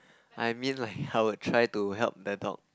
I mean like I would try to help the dog